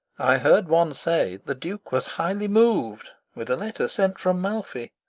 i heard one say the duke was highly mov'd with a letter sent from malfi.